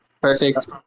Perfect